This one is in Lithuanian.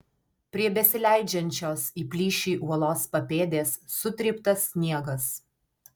prie besileidžiančios į plyšį uolos papėdės sutryptas sniegas